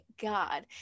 God